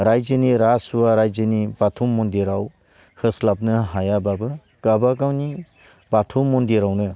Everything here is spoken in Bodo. रायजोनि रासुवा रायजोनि बाथौ मन्दियाव होस्लाबनो हायाब्लाबो गाबागावनि बाथौ मन्दिरावनो